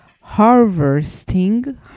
harvesting